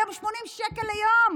היום, 80 שקל ליום.